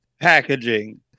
packaging